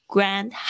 Grand